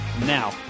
Now